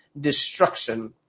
destruction